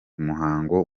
muhango